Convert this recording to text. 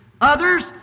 Others